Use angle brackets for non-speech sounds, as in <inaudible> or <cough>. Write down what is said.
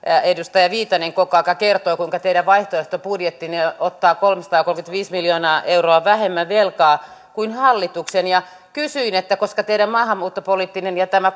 edustaja viitanen koko ajan kertoi kuinka teidän vaihtoehtobudjettinne ottaa kolmesataakolmekymmentäviisi miljoonaa euroa vähemmän velkaa kuin hallitus ja koska teidän maahanmuuttopoliittinen ja tämä <unintelligible>